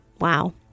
Wow